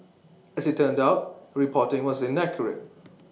as IT turned out the reporting was inaccurate